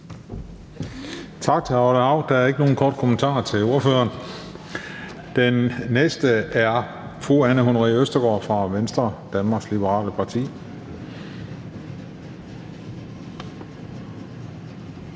Hav. Der er ikke nogen korte bemærkninger til ordføreren. Den næste er fru Anne Honoré Østergaard fra Venstre, Danmarks Liberale Parti.